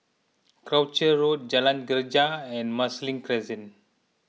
Croucher Road Jalan Greja and Marsiling Crescent